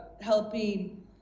helping